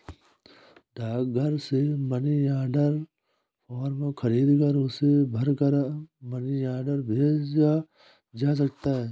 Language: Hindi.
डाकघर से मनी ऑर्डर फॉर्म खरीदकर उसे भरकर मनी ऑर्डर भेजा जा सकता है